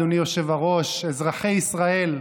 אדוני היושב-ראש, אזרחי ישראל,